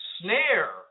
snare